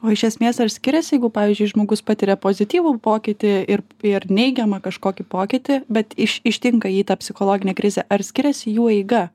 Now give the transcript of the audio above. o iš esmės skiriasi jeigu pavyzdžiui žmogus patiria pozityvų pokytį ir ir neigiamą kažkokį pokytį bet iš ištinka jį ta psichologinė krizė ar skiriasi jų eiga